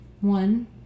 One